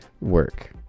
work